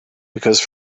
because